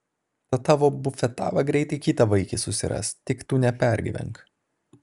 ta tavo bufetava greitai kitą vaikį susiras tik tu nepergyvenk